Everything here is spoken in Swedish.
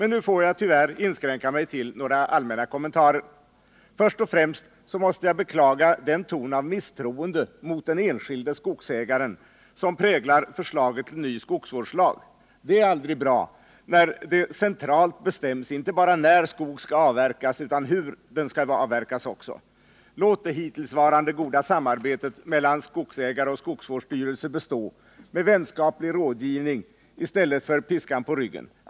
Nu får jag tyvärr inskränka mig till några allmänna kommentarer. Först och främst måste jag beklaga den ton av misstroende mot den enskilde skogsägaren som präglar förslaget till ny skogsvårdslag. Det är aldrig bra när det centralt bestäms inte bara när skog skall avverkas utan också hur den skall avverkas. Låt det hittillsvarande goda samarbetet mellan skogsägare och skogsvårdsstyrelse bestå med vänskaplig rådgivning istället för piskan på ryggen.